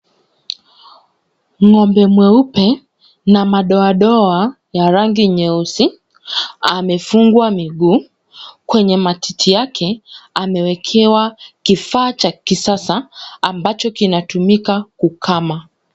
Ng'ombe mweupe na madoadoa ya rangi nyeusi amefungwa miguu. Kwenye matiti yake amewekewa kifaa cha kisasa ambacho kinatumika kukama.